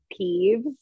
peeves